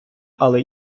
але